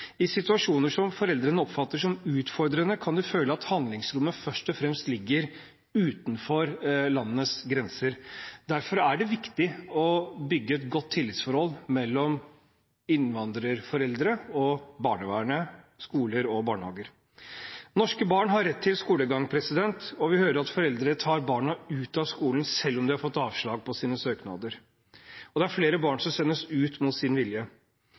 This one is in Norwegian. I situasjoner som foreldrene oppfatter som utfordrende, kan de føle at handlingsrommet først og fremst ligger utenfor landets grenser. Derfor er det viktig å bygge et godt tillitsforhold mellom innvandrerforeldre og barnevern, skoler og barnehager. Norske barn har rett til skolegang, og vi hører at foreldre tar barna ut av skolen selv om de har fått avslag på sine søknader. Det er flere barn som sendes ut mot sin vilje.